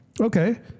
okay